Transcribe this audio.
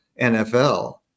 NFL